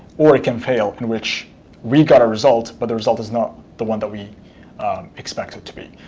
or it can fail, in which we got a result but the result is not the one that we expect it to be.